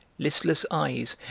listless eyes,